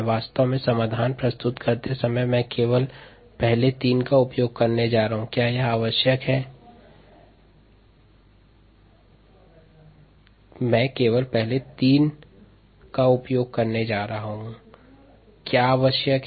वास्तव में समाधान प्रस्तुत करते समय मैं केवल पहले तीन का उपयोग करने जा रहा हूं कि क्या आवश्यक है